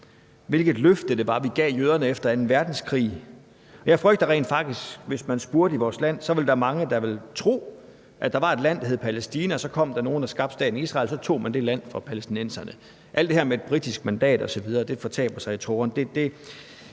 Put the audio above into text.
hvilket løfte det var, vi gav jøderne efter anden verdenskrig. Jeg frygter rent faktisk, at der i vores land, hvis man spurgte om det, ville være mange, der ville tro, at der var et land, der hed Palæstina, og at der så kom nogle, der skabte staten Israel, og at man så tog det land fra palæstinenserne. Alt det her med et britisk mandat osv. fortaber sig i tågerne,